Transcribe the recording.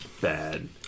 bad